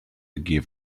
give